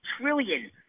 trillion